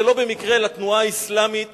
שלא במקרה, לתנועה האסלאמית